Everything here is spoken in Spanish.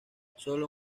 sólo